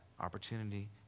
opportunity